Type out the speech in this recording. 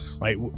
right